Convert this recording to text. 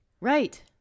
Right